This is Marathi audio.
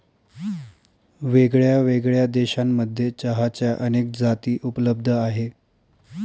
वेगळ्यावेगळ्या देशांमध्ये चहाच्या अनेक जाती उपलब्ध आहे